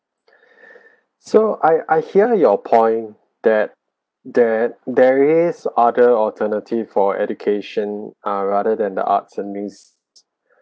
so I I hear your point that that there is other alternative for education ah rather than the arts and museums